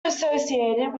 associated